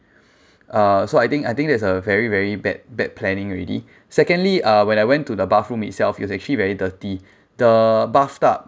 uh so I think I think that's a very very bad bad planning already secondly uh when I went to the bathroom itself it was actually very dirty the bathtub